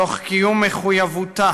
תוך קיום מחויבותה